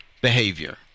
behavior